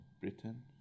Britain